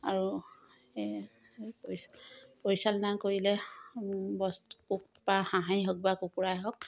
আৰু এই পৰিষ্কা পৰিচালনা কৰিলে বস্তু বা হাঁহেই হওক বা কুকুৰাই হওক